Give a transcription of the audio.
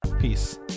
Peace